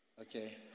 Okay